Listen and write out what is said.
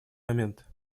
момент